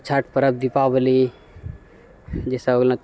छठि पर्व दीपावली जैसे भऽ गेलौँ